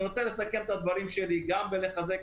אני רוצה לסכם את הדברים שלי גם בלחזק